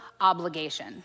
obligation